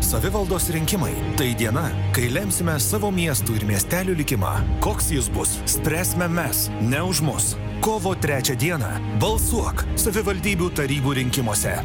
savivaldos rinkimai tai diena kai lemsime savo miestų ir miestelių likimą koks jis bus spręsime mes ne už mus kovo trečią dieną balsuok savivaldybių tarybų rinkimuose